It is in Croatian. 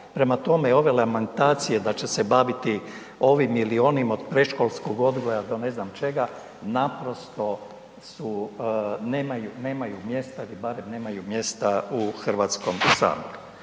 Prema tome, ove lamentacije da će se baviti ovim ili onim od predškolskog odgoja do ne znam čega naprosto su nemaju mjesta ili barem nemaju mjesta u Hrvatskom saboru.